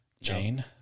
Jane